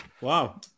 Wow